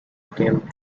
came